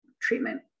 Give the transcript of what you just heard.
treatment